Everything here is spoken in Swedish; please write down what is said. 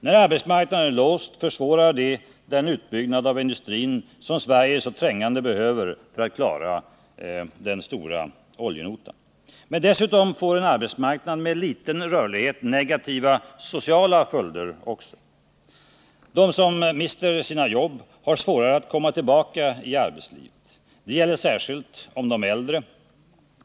När arbetsmarknaden är låst försvårar det den utbyggnad av industrin som Sverige så trängande behöver för att klara oljenotan. Men dessutom får en arbetsmarknad med liten rörlighet också negativa sociala följder. De som mister sina jobb har svårare att komma tillbaka i arbetslivet. Det gäller särskilt om de är äldre.